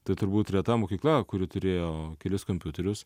tai turbūt reta mokykla kuri turėjo kelis kompiuterius